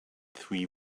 three